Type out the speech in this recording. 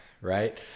right